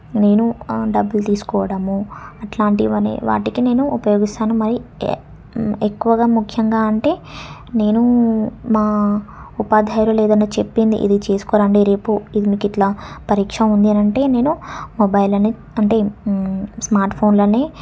నేను డబ్బులు తీసుకోవడము అట్లాంటివనే వాటికి నేను ఉపయోగిస్తాను మరీ ఏ ఎక్కువగా ముఖ్యంగా అంటే నేనూ మా ఉపాధ్యాయురాలు ఏదైనా చెప్పింది ఇది చేసుకోరండి రేపు ఇది మీకు ఇట్లా పరీక్ష ఉంది అని అంటే నేను మొబైల్ అనే అంటే స్మార్ట్ఫోన్లని